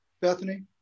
Bethany